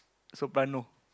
soprano